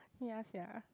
ya sia